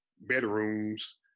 bedrooms